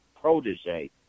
protege